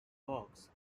boroughs